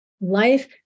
life